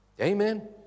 Amen